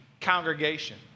congregation